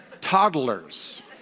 toddlers